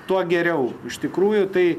tuo geriau iš tikrųjų tai